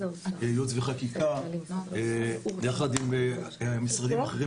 ייעוץ וחקיקה יחד עם משרדים אחרים